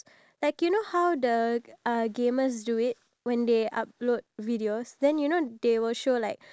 that are selling the product itself we're not like just somebody behind the computer trying to promote our product